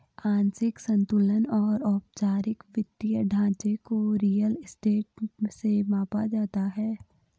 आंशिक संतुलन और औपचारिक वित्तीय ढांचे को रियल स्टेट से मापा जाता है